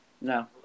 No